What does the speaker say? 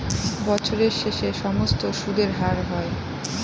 বছরের শেষে সমস্ত সুদের হার হয়